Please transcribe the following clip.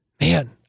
Man